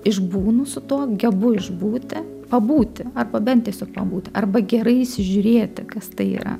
išbūnu su tuo gebu išbūti pabūti arba bent tiesiog pabūti arba gerai įsižiūrėti kas tai yra